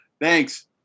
Thanks